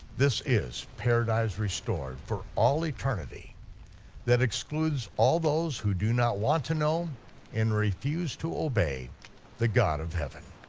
this is paradise restored for all eternity that excludes all those who do not want to know and refuse to obey the god of heaven.